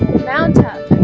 mount up